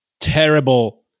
terrible